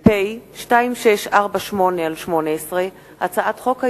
חוק פ/2648/18 וכלה בהצעת חוק פ/2657/18,